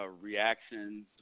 reactions